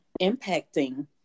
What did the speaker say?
impacting